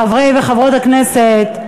חברי וחברות הכנסת,